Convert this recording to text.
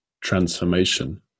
transformation